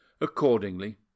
Accordingly